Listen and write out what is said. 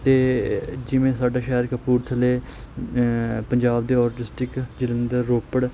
ਅਤੇ ਜਿਵੇਂ ਸਾਡਾ ਸ਼ਾਹਿਰ ਕਪੂਰਥਲੇ ਪੰਜਾਬ ਦੇ ਔਰ ਡਿਸਟਰਿਕ ਜਲੰਧਰ ਰੋਪੜ